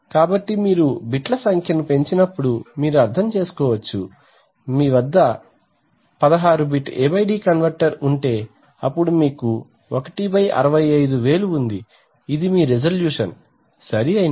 కాబట్టి మీరు బిట్ల సంఖ్యను పెంచినప్పుడు మీరు అర్థం చేసుకోవచ్చు మీ వద్ద 16 బిట్ A D కన్వర్టర్ ఉంటే అప్పుడు మీకు 1 65000 ఉంది ఇది మీ రిజల్యూషన్ సరియైనది